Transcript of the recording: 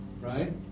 Right